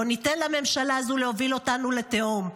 לא ניתן לממשלה הזו להוביל אותנו לתהום.